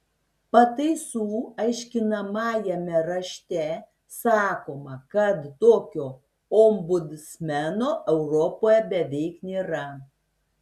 pataisų aiškinamajame rašte sakoma kad tokio ombudsmeno europoje beveik nėra